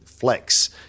flex